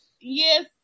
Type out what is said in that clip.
Yes